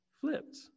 flipped